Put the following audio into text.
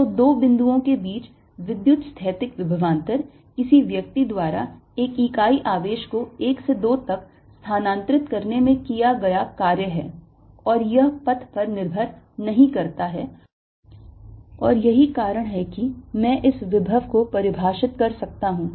तो दो बिंदुओं के बीच विद्युतस्थैतिक विभवांतर किसी व्यक्ति द्वारा एक इकाई आवेश को 1 से 2 तक स्थानांतरित करने में किया गया कार्य है और यह पथ पर निर्भर नहीं करता है और यही कारण है कि मैं इस विभव को परिभाषित कर सकता हूं